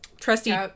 trusty